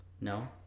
No